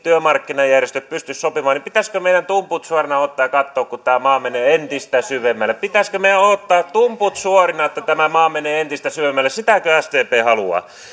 työmarkkinajärjestöt pysty sopimaan niin pitäisikö meidän tumput suorina odottaa ja katsoa kun tämä maa menee entistä syvemmälle pitäisikö meidän odottaa tumput suorina että tämä maa menee entistä syvemmälle sitäkö sdp haluaa